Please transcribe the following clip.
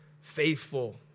faithful